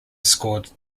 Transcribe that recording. scored